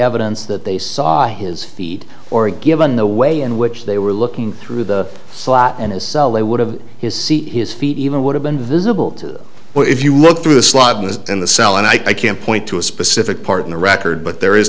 evidence that they saw his feet or given the way in which they were looking through the slot in his cell they would have his seat his feet even would have been visible to where if you look through the slide was in the cell and i can't point to a specific part in the record but there is